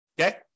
Okay